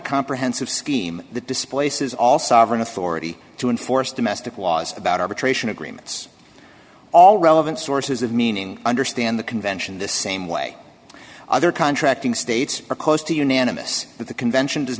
comprehensive scheme that displaces all sovereign authority to enforce domestic laws about arbitration agreements all relevant sources of meaning understand the convention the same way other contracting states are close to unanimous that the convention does